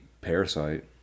Parasite